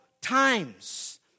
times